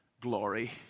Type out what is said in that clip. glory